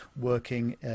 working